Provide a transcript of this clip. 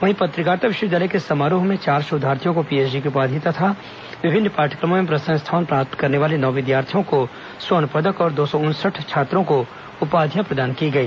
वहीं पत्रकारिता विश्वविद्यालय के समारोह में चार शोधार्थियों को पीएचडी की उपाधि तथा विभिन्न पाठ्यक्रमों में प्रथम स्थान प्राप्त करने वाले नौ विद्यार्थियों को स्वर्ण पदक और दो सौ उनसठ छात्रों को उपाधियां प्रदान की गई